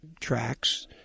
tracks